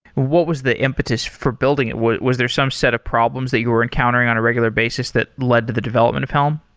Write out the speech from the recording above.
what was the impetus for building it? was there some set of problems that you were encountering on a regular basis that led to the development of helm?